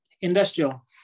industrial